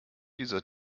dieser